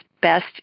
best